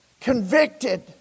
convicted